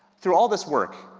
through all this work,